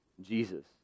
Jesus